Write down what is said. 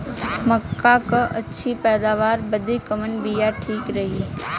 मक्का क अच्छी पैदावार बदे कवन बिया ठीक रही?